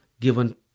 given